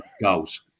Goals